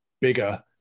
bigger